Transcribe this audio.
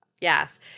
Yes